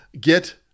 get